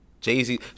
Jay-Z